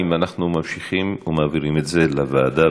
האם אנחנו ממשיכים או מעבירים את זה לוועדה.